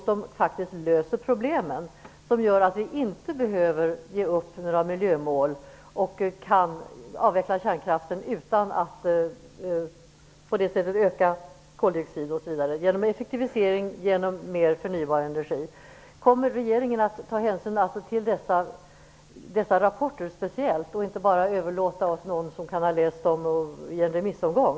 Där finns faktiskt lösningar på problemen som gör att vi inte behöver ge upp några miljömål utan kan avveckla kärnkraften utan att öka koldioxidutsläpp osv. - genom effektivering och mer förnybar energi. Kommer regeringen att ta speciell hänsyn till dessa rapporter och inte bara överlåta det hela åt någon som kan ha läst dem i en remissomgång?